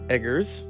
Eggers